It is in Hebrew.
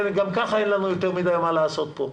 גם ככה אין לנו יותר מדי מה לעשות פה.